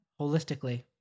Holistically